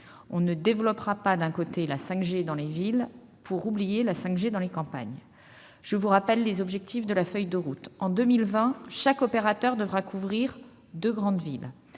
On ne développera pas, d'un côté, la 5G dans les villes pour oublier, de l'autre côté, la 5G dans les campagnes. Je vous rappelle les objectifs de la feuille de route. En 2020, chaque opérateur devra couvrir deux grandes villes